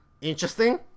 interesting